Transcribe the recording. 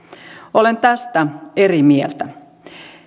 olen tästä eri mieltä